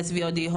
יס וי-או-די,